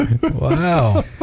wow